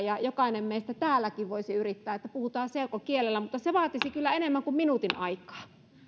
jokainen meistä täälläkin voisi yrittää että puhutaan selkokielellä mutta se vaatisi kyllä enemmän kuin minuutin aikaa